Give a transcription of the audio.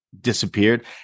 disappeared